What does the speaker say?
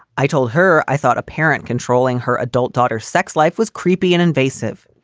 i told her i thought a parent controlling her adult daughter sex life was creepy and invasive.